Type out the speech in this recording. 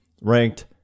ranked